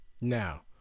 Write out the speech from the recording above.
Now